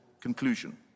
conclusion